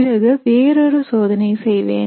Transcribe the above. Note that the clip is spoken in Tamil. பிறகு வேறொரு சோதனை செய்வேன்